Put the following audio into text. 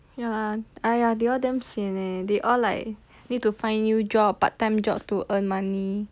ya lah !aiya! they all damn sian eh they all like need to find new job part time job to earn money